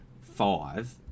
five